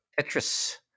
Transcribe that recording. Tetris